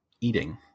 eating